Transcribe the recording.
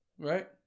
right